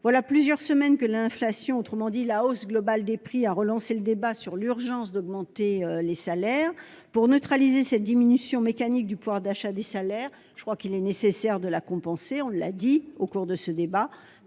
Voilà plusieurs semaines que l'inflation, autrement dit la hausse globale des prix, a relancé le débat sur l'urgence d'augmenter les salaires. Pour neutraliser la diminution mécanique du pouvoir d'achat des salariés, il est nécessaire de la compenser. Le rétablissement